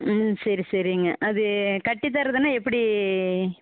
ம் சரி சரிங்க அது கட்டி தரதுன்னா எப்படி